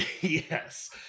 Yes